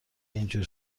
اینجور